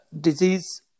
disease